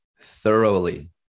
thoroughly